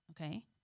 Okay